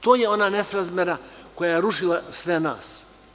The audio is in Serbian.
To je ona nesrazmera koja je rušila sve nas.